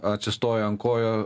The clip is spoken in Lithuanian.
atsistoję ant kojų